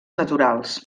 naturals